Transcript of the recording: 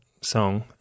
song